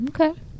okay